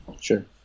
Sure